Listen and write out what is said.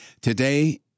Today